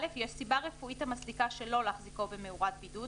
(א)יש סיבה רפואית המצדיקה שלא להחזיקו במאורת בידוד,